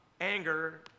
anger